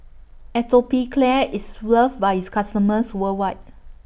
Atopiclair IS loved By its customers worldwide